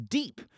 deep